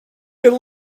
could